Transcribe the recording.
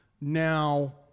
Now